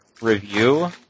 review